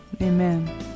Amen